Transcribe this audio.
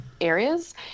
areas